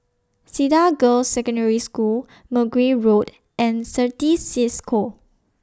Cedar Girls' Secondary School Mergui Road and Certis CISCO